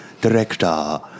Director